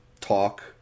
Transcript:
talk